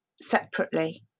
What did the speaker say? separately